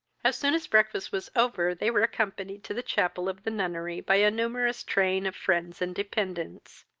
as soon as breakfast was over, they were accompanied to the chapel of the nunnery by a numerous train of friends and dependents.